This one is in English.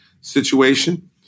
situation